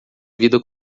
vida